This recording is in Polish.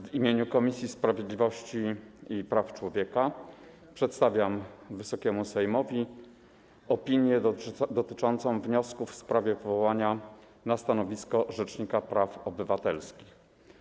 W imieniu Komisji Sprawiedliwości i Praw Człowieka przedstawiam Wysokiemu Sejmowi opinię dotyczącą wniosków w sprawie powołania na stanowisko rzecznika praw obywatelskich.